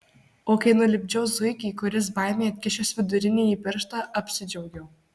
o kai nulipdžiau zuikį kuris baimei atkišęs vidurinįjį pirštą apsidžiaugiau